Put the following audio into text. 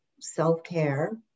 self-care